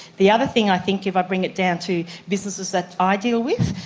the other thing i think, if i bring it down to businesses that i deal with,